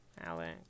Alex